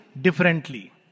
differently